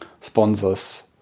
sponsors